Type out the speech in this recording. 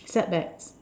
setbacks